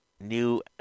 new